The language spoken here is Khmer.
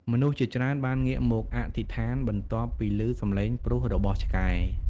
មនុស្សជាច្រើនបានងាកមកអធិស្ឋានបន្ទាប់ពីឮសំឡេងព្រុសរបស់ឆ្កែ។